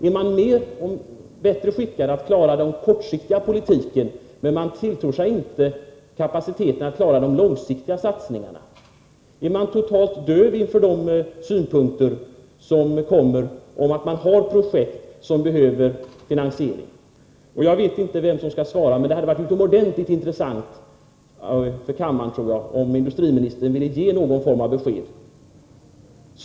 Är man bättre skickad att klara den kortsiktiga politiken, så att man inte tilltror sig kapaciteten att klara de långsiktiga satsningarna? Är man totalt döv inför de synpunkter som framkommer om projekt som behöver finansiering? Jag vet inte vem som skall svara, men det skulle vara utomordentligt intressant för kammaren att få någon form av besked från industriministern.